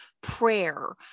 prayer